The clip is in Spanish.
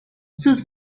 sus